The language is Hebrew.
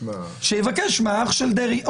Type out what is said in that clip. שיבקש מאח של דרעי.